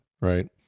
right